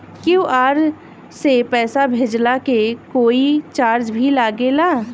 QR से पैसा भेजला के कोई चार्ज भी लागेला?